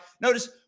Notice